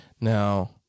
Now